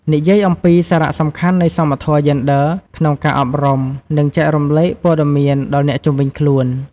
និយាយអំពីសារៈសំខាន់នៃសមធម៌យេនឌ័រក្នុងការអប់រំ និងចែករំលែកព័ត៌មានដល់អ្នកជុំវិញខ្លួន។